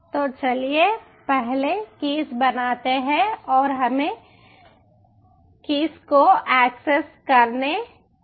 तो चलिए पहले कीस बनाते हैं और हमें कीस को एक्सेस करने देते हैं